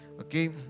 Okay